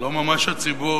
לא ממש הציבור,